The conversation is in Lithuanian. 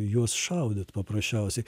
į juos šaudyti paprasčiausiai